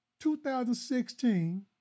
2016